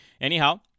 Anyhow